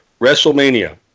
WrestleMania